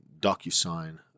DocuSign